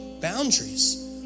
boundaries